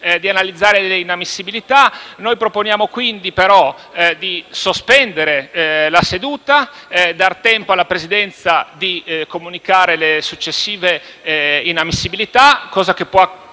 di analizzare le inammissibilità. Noi proponiamo, però, di sospendere la seduta per dare tempo alla Presidenza di comunicare le successive inammissibilità, anche fino alle ore